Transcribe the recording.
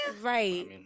Right